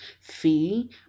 fee